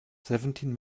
seventeen